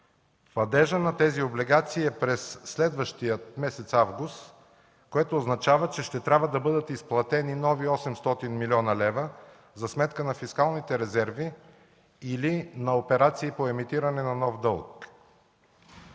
Падежът на тези облигации е през следващия месец – август, което означава, че ще трябва да бъдат изплатени нови 800 млн. лв. за сметка на фискалните резерви или на операции по емитиране на нов дълг.